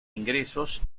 ingresos